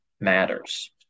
matters